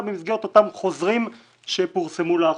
במסגרת אותם חוזרים שפורסמו לאחרונה.